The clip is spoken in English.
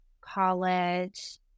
college